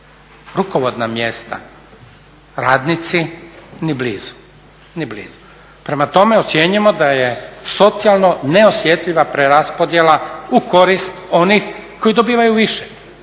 rukovodna mjesta, radnici ni blizu. Prema tome, ocjenjujemo da je socijalno neosjetljiva preraspodjela u korist onih koji dobivaju više,